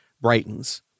brightens